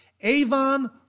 Avon